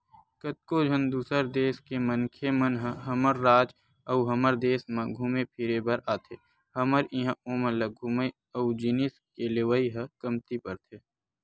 कतको झन दूसर देस के मनखे मन ह हमर राज अउ हमर देस म घुमे फिरे बर आथे हमर इहां ओमन ल घूमई अउ जिनिस के लेवई ह कमती परथे